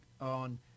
on